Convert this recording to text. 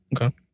Okay